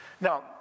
Now